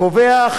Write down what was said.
קובע,